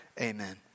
amen